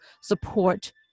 support